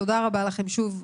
תודה רבה לכם שוב,